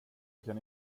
kan